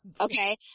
Okay